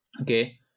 okay